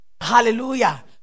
hallelujah